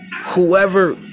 whoever